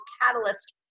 catalyst